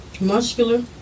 Muscular